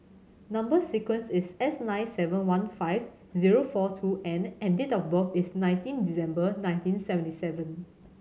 number sequence is S nine seven one five zero four two N and date of birth is nineteen December nineteen seventy seven